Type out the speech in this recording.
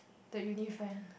the uni friend